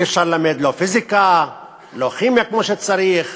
אי-אפשר ללמד, לא פיזיקה, לא כימיה כמו שצריך,